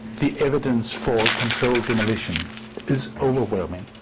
the evidence for controlled demolition is overwhelmming,